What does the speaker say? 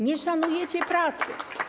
Nie szanujecie pracy.